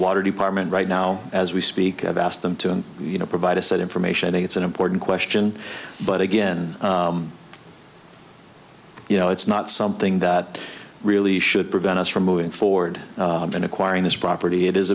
water department right now as we speak i've asked them to you know provide us that information it's an important question but again you know it's not something that really should prevent us from moving forward and acquiring this property it is